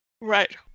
Right